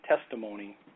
testimony